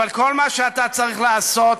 אבל כל מה שאתה צריך לעשות,